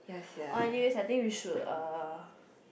oh anyways I think we should uh